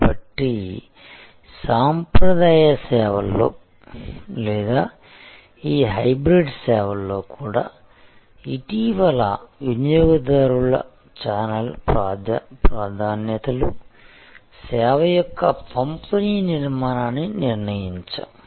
కాబట్టి సాంప్రదాయ సేవల్లో లేదా ఈ హైబ్రిడ్ సేవల్లో కూడా ఇటీవల వినియోగదారుల ఛానల్ ప్రాధాన్యతలు సేవ యొక్క పంపిణీ నిర్మాణాన్ని నిర్ణయించాయి